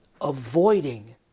avoiding